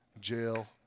jail